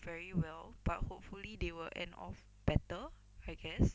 very well but hopefully they will end off better I guess